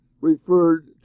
referred